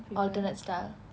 alternate style